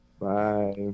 Bye